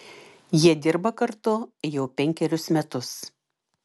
jie dirba kartu jau penkerius metus